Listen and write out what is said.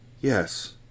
Yes